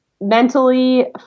mentally